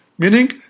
meaning